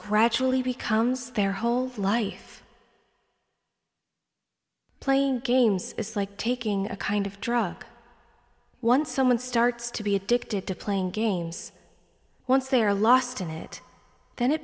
really becomes their whole life playing games it's like taking a kind of drug once someone starts to be addicted to playing games once they are lost in it then it